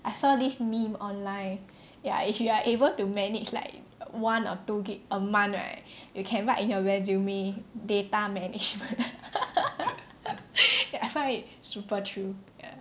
I saw this meme online ya if you are able to manage like one or two gig a month right you can write in your resume data management I found it super true